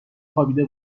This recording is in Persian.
خوابیده